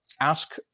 ask